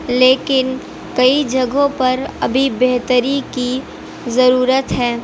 لیکن کئی جگہوں پر ابھی بہتری کی ضرورت ہے